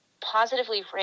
positively